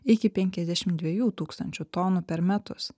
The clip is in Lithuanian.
iki penkiasdešimt dviejų tūkstančių tonų per metus